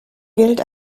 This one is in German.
gilt